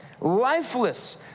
lifeless